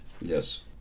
Yes